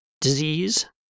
Disease